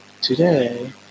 today